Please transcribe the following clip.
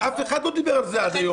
ואף אחד לא דיבר עליו עד היום.